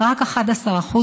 ועדת מור